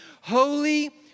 Holy